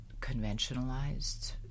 conventionalized